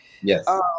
yes